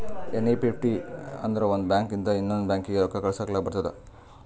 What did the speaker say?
NEFT ಅಂದುರ್ ಒಂದ್ bank ಲಿಂತ ಇನ್ನಾ ಒಂದ್ ಬ್ಯಾಂಕ್ಗ ರೊಕ್ಕಾ ಕಳುಸ್ಲಾಕ್ ಬರ್ತುದ್